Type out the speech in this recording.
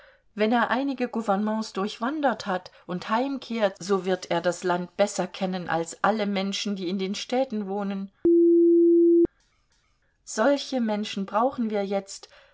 wenn er einige gouvernements durchwandert hat und heimkehrt so wird er das land besser kennen als alle menschen die in den städten wohnen solche menschen brauchen wir jetzt